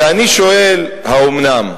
ואני שואל: האומנם?